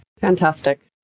Fantastic